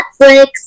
Netflix